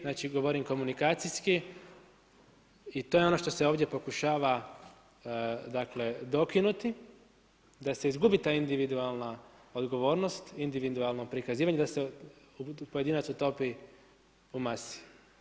Znači govorim komunikacijski i to je ono što se ovdje pokušava dokinuti da se izgubi ta individualna odgovornost, individualno prikazivanje da se pojedinac utopi u masi.